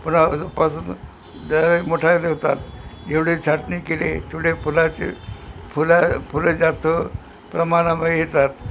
पुलापासून जर मोठा ठेवतात एवढे छाटणी केले तेवढे फुलाचे फुला फुलं जास्त प्रमाणामध्ये येतात